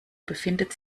befindet